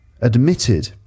admitted